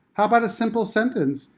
how about a simple sentence,